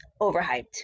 overhyped